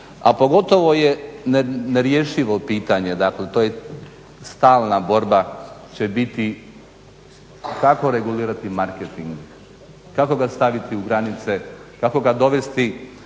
A pogotovo je nerješivo pitanje to je stalna borba će biti kako regulirati marketing, kako ga staviti u granice, kako ga dovesti